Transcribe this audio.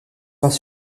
pas